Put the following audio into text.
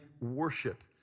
worship